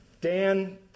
Dan